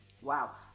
Wow